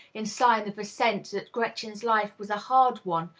in sign of assent that gretchen's life was a hard one,